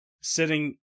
sitting